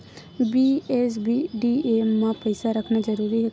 BSBDA मा पईसा रखना जरूरी हे का?